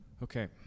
Okay